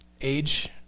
age